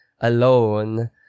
alone